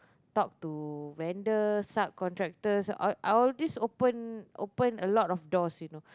talk to vendors sub contractors all all of these open open a lot of doors you know